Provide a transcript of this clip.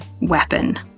weapon